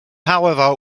however